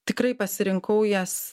tikrai pasirinkau jas